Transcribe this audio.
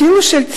אפילו של,